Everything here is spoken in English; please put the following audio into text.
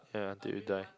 ya until you die